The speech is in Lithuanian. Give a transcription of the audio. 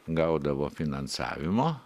gaudavo finansavimo